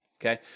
okay